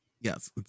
yes